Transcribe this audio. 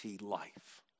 life